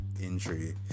injury